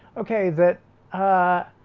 okay that ah,